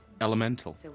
Elemental